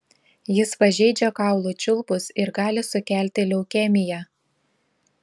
jis pažeidžia kaulų čiulpus ir gali sukelti leukemiją